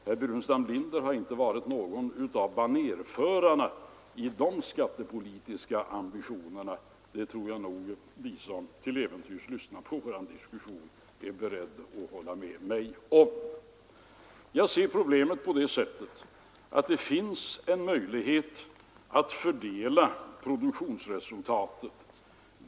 Herr Burenstam Linder har inte varit någon av banerförarna i de skattepolitiska ambitionerna — det tror jag nog att de som till äventyrs lyssnar på vår diskussion är beredda att hålla med mig om. Jag ser problemet på det sättet att det finns en möjlighet att fördela produktionsresultatet.